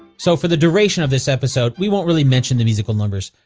so for the duration of this episode, we won't really mention the musical numbers.